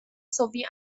sowie